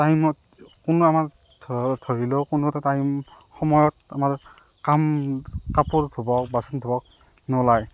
টাইমত কোনো আমাক ধৰি লওক কোনো এটা টাইম সময়ত আমাৰ কাম কাপোৰ ধুব বাচন ধুব নোলায়